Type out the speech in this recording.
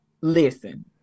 listen